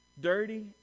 dirty